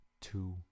two